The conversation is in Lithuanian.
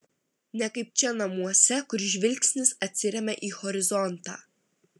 ne kaip čia namuose kur žvilgsnis atsiremia į horizontą